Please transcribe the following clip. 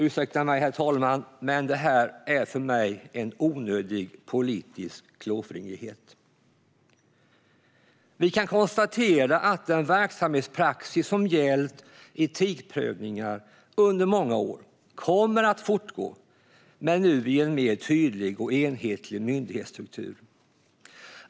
Ursäkta mig, herr talman, men det här är för mig en onödig politisk klåfingrighet. Vi kan konstatera att den verksamhetspraxis som har gällt etikprövningar under många år kommer att fortgå, men nu i en mer tydlig och enhetlig myndighetsstruktur.